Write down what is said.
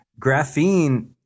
graphene